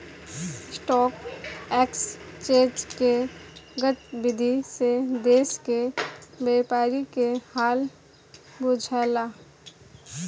stock exchange के गतिविधि से देश के व्यापारी के हाल बुझला